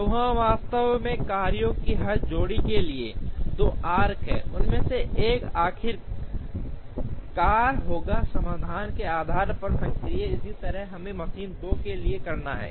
तो वहाँ वास्तव में कार्यो की हर जोड़ी के लिए दो आर्क्स हैं उनमें से एक आखिरकार होगा समाधान के आधार पर सक्रिय इसी तरह हमें मशीन 2 के लिए करना है